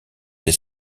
des